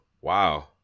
Wow